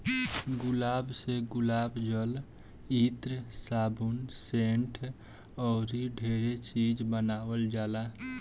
गुलाब से गुलाब जल, इत्र, साबुन, सेंट अऊरो ढेरे चीज बानावल जाला